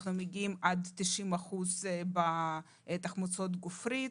אנחנו מגיעים עד 90% בתחמוצות גופרית,